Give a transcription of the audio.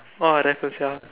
oh Raffles ya